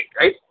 right